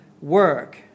work